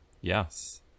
Yes